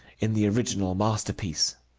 in the original masterpiece.